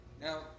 Now